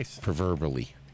proverbially